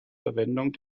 verwendung